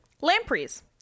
lampreys